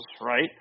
right